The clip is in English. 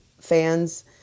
fans